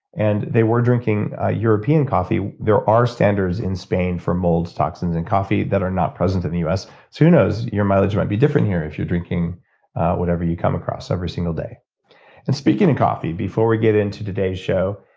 and they were drinking ah european coffee. there are standards in spain for mold toxins in coffee, that are not present in the us. so who knows your mileage might be different here, if you're drinking whatever you come across every single day and speaking of coffee, before we get into today's show,